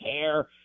care